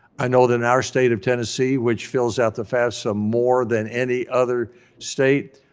i know that in our state of tennessee, which fills out the fafsa more than any other state,